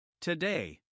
Today